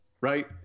right